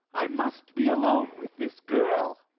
i must be alone with this girl.